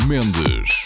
Mendes